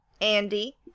Andy